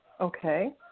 Okay